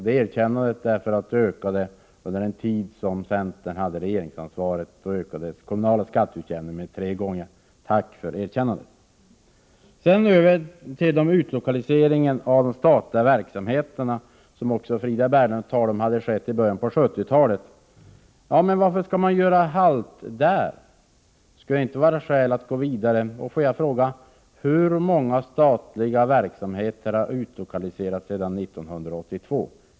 Den kommunala skatteutjämningen ökade under den tid som centern hade regeringsansvaret med tre gånger. Tack för det erkännandet! Frida Berglund talade om den utlokalisering av statliga verk som skedde i början av 1970-talet. Varför skall man göra halt där? Finns det inte skäl att gå vidare? Hur många statliga verk har utlokaliserats sedan 1982?